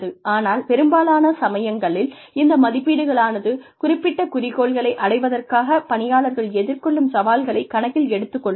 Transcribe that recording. ஆனால் பெரும்பாலான சமயங்களில் இந்த மதிப்பீடுகளானது குறிப்பிட்ட குறிக்கோள்களை அடைவதற்காக பணியாளர்கள் எதிர்கொள்ளும் சவால்களை கணக்கில் எடுத்துக் கொள்ளாது